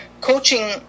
coaching